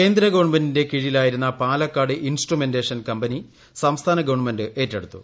കേന്ദ്ര ഗവൺമെന്റിന്റെ കീഴിലായിരുന്ന പാലക്കാട് ഇൻട്രുമെന്റേഷൻ കമ്പനി സംസ്ഥാന ഗവൺമെന്റ് ഏറ്റെടുത്തു